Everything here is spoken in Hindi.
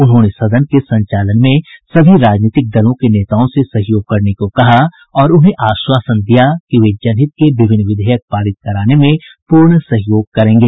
उन्होंने सदन के संचालन में सभी राजनीतिक दलों के नेताओं से सहयोग करने को कहा और उन्हें आश्वासन दिया कि वे जनहित के विभिन्न विधेयक पारित कराने में पूर्ण सहयोग करेंगे